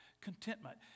Contentment